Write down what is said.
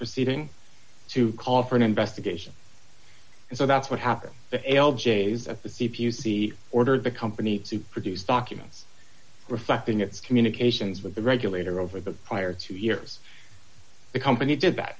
proceeding to call for an investigation and so that's what happened the l j's at the c p u see ordered the company to produce documents reflecting its communications with the regulator over the prior two years the company did that